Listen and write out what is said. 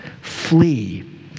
flee